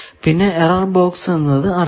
പിന്നെ error box എന്നത് അറിയാം